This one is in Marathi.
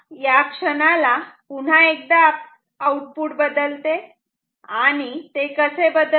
आता या क्षणाला पुन्हा एकदा आउटपुट बदलते आणि ते कसे बदलते